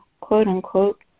quote-unquote